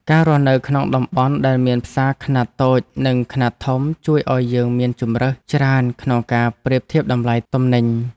ការរស់នៅក្នុងតំបន់ដែលមានផ្សារខ្នាតតូចនិងខ្នាតធំជួយឱ្យយើងមានជម្រើសច្រើនក្នុងការប្រៀបធៀបតម្លៃទំនិញ។